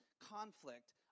conflict